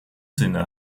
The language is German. sinne